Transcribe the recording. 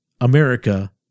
America